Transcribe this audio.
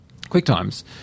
QuickTimes